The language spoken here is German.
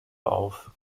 auf